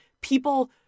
people